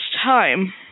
time